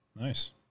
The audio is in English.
Nice